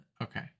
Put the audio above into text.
Okay